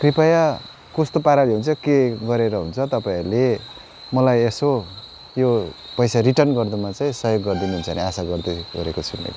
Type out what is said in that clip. कृपया कस्तो पाराले हुन्छ के गरेर हुन्छ तपाईँहरूले मलाई यसो यो पैसा रिटर्न गर्नुमा चाहिँ सयोग गरिदिनुहुन्छ भन्ने आशा गर्दै गरेको छु मैले